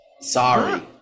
Sorry